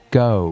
go